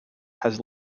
has